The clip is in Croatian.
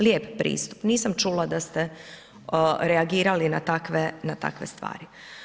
Lijep pristup, nisam čula da ste reagirali na takve stvari.